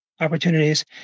opportunities